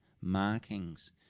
markings